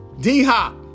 D-Hop